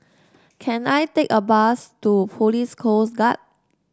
can I take a bus to Police Coast Guard